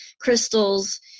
crystals